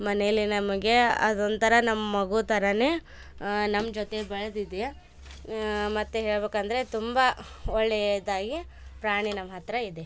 ಮನೆಯಲ್ಲಿ ನಮಗೆ ಅದೊಂಥರ ನಮ್ಮ ಮಗು ಥರ ನಮ್ಮ ಜೊತೆ ಬೆಳೆದಿದೆ ಮತ್ತೆ ಹೇಳಬೇಕಂದ್ರೆ ತುಂಬ ಒಳ್ಳೆಯದಾಗಿ ಪ್ರಾಣಿ ನಮ್ಮ ಹತ್ತಿರ ಇದೆ